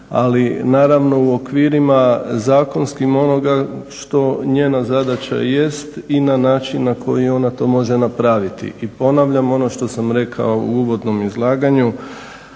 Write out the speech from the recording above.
ali naravno u zakonskim okvirima što njena zadaća i jest i na način na koji ona to može napraviti. I ponavljam ono što sam rekao u uvodnom izlaganju,